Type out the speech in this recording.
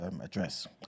address